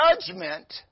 judgment